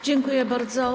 Dziękuję bardzo.